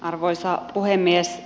arvoisa puhemies